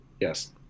Yes